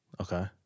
Okay